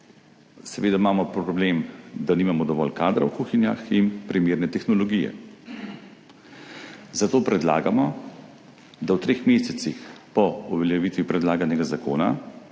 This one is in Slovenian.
seveda imamo problem, da nimamo dovolj kadra v kuhinjah in primerne tehnologije. Zato predlagamo, da v treh mesecih po uveljavitvi predlaganega zakona